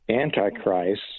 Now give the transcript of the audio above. Antichrist